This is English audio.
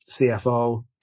CFO